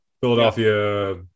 Philadelphia